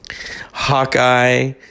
Hawkeye